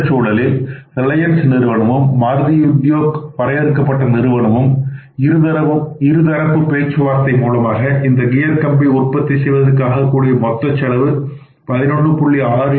இந்த சூழலில் ரிலையன்ஸ் நிறுவனமும் மாருதி உத்யோக் வரையறுக்கப்பட்ட நிறுவனமும் இருதரப்பு பேச்சுவார்த்தை மூலமாக இந்த கியர் கம்பி உற்பத்தி செய்வதற்கு ஆகக்கூடிய மொத்த செலவு 11